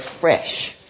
fresh